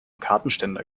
kartenständer